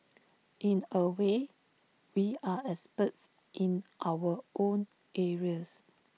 in A way we are experts in our own areas